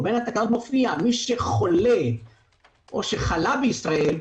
וביניהן מופיע - מי שחולה או שחלה בישראל,